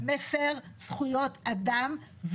זה חוק שמפר זכויות אדם,